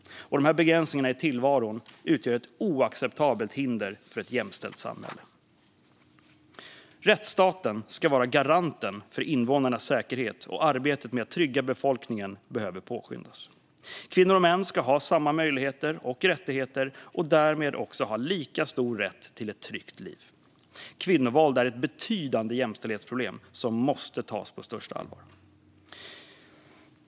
Dessa begränsningar i tillvaron utgör ett oacceptabelt hinder för ett jämställt samhälle. Rättsstaten ska vara garanten för invånarnas säkerhet, och arbetet med att trygga befolkningen behöver påskyndas. Kvinnor och män ska ha samma möjligheter och rättigheter och därmed också ha lika stor rätt till ett tryggt liv. Kvinnovåld är ett betydande jämställdhetsproblem som måste tas på största allvar.